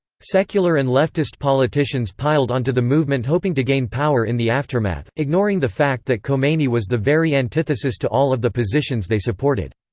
secular and leftist politicians piled onto the movement hoping to gain power in the aftermath, ignoring the fact that khomeini was the very antithesis to all of the positions they supported.